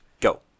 Go